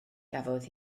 gafodd